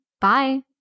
Bye